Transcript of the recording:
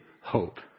hope